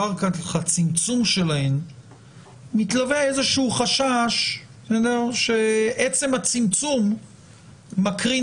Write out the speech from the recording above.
אחר כך הצמצום שלהן - מתלווה איזשהו חשש שעצם הצמצום מקרין